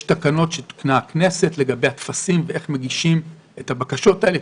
יש תקנות שתיקנה הכנסת לגבי הטפסים ואיך מגישים את הבקשות האלה.